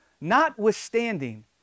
notwithstanding